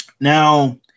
Now